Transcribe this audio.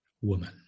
woman